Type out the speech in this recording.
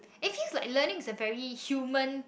it feels like learning is a very human